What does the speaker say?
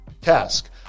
task